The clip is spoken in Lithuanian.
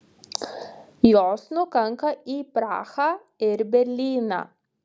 jos nukanka į prahą ir berlyną